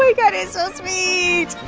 oh, my god. it's so sweet.